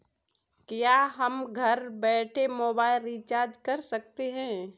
क्या हम घर बैठे मोबाइल रिचार्ज कर सकते हैं?